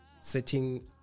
setting